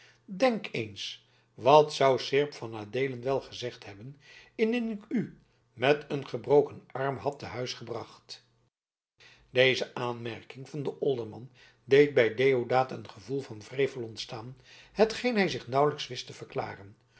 denk eens wat zou seerp van adeelen wel gezegd hebben indien ik u met een gebroken arm had te huis gebracht deze aanmerking van den olderman deed bij deodaat een gevoel van wrevel ontstaan hetgeen hij zich nauwelijks wist te verklaren